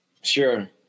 Sure